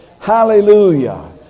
Hallelujah